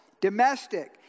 domestic